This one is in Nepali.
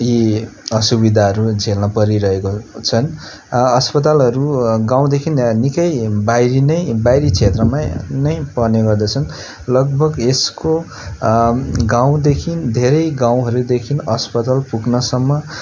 यी असुविधाहरू झेल्न परिरहेको छन् अस्पतालहरू गाउँदेखि निकै बाहिरी नै बाहिरी क्षेत्रमै नै पर्ने गर्दछन् लगभग यसको गाउँदेखि धेरै गाउँहरूदेखि अस्पताल पुग्नसम्म